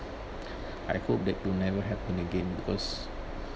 I hope that to never happen again because